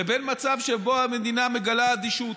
לבין מצב שבו המדינה מגלה אדישות,